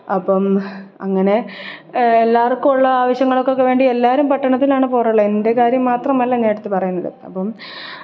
അപ്പം അങ്ങനെ എല്ലാവർക്കും ഉള്ള ആവശ്യങ്ങൾക്കൊക്കെ വേണ്ടി എല്ലാവരും പട്ടണത്തിലാണ് പോകാറുള്ളത് എൻ്റെ കാര്യം മാത്രമല്ല ഞാൻ എടുത്ത് പറയുന്നത് അപ്പം